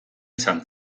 izan